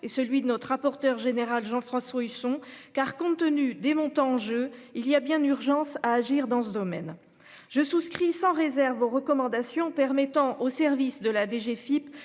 et celui de notre rapporteur général Jean-François Husson, car compte tenu des montants en jeu il y a bien urgence à agir dans ce domaine. Je souscris sans réserve aux recommandations permettant au service de la DGFIP